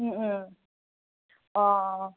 অঁ